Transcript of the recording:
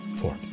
four